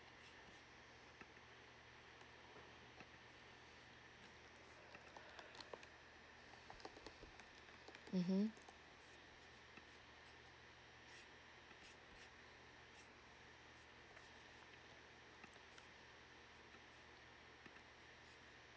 mmhmm